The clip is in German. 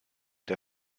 der